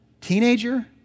teenager